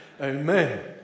Amen